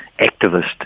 activist